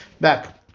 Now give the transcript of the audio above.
Back